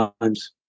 times